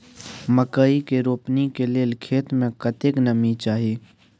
मकई के रोपनी के लेल खेत मे कतेक नमी चाही?